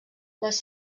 les